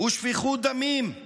ושפיכות דמים.